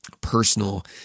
personal